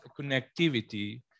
connectivity